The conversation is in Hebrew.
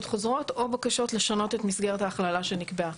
חוזרות או בקשות לשנות את מסגרת ההכללה שנקבעה.